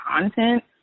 content